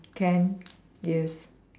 can yes